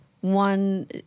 one